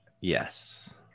Yes